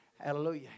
Hallelujah